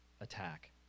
attack